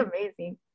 amazing